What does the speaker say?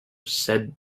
said